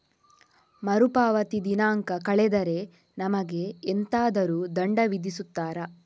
ಮರುಪಾವತಿ ದಿನಾಂಕ ಕಳೆದರೆ ನಮಗೆ ಎಂತಾದರು ದಂಡ ವಿಧಿಸುತ್ತಾರ?